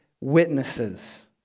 witnesses